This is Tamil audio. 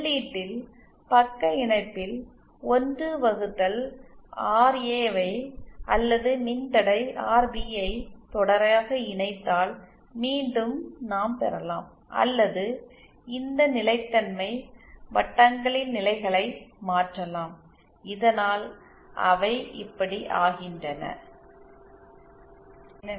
உள்ளீட்டில் பக்க இணைப்பில் 1 வகுத்தல் ஆர்ஏவையும் அல்லது மின்தடை ஆர்பி ஐ தொடராக இணைத்தால் மீண்டும் நாம் பெறலாம் அல்லது இந்த நிலைத்தன்மை வட்டங்களின் நிலைகளை மாற்றலாம் இதனால் அவை இப்படி ஆகின்றன